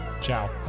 Ciao